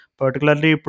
particularly